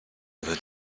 other